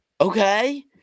Okay